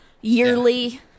yearly